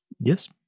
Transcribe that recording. Yes